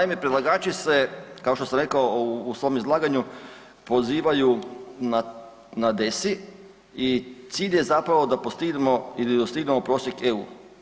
Naime predlagači se kao što sam rekao u svom izlaganju pozivaju na DESI i cilj je zapravo da postignemo ili dostignemo prosjek EU.